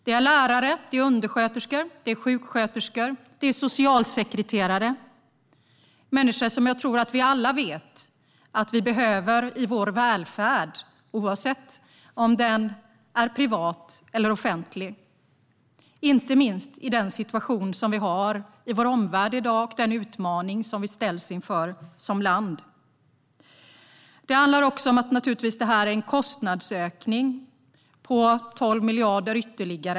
De är lärare, undersköterskor, sjuksköterskor och socialsekreterare. De är människor som vi alla vet att vi behöver i vår välfärd, oavsett om den är privat eller offentlig. Det gäller inte minst på grund av situationen i vår omvärld i dag och den utmaning som vi ställs inför som land. Det innebär naturligtvis också en kostnadsökning på 12 miljarder.